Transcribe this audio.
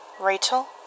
Rachel